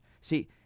See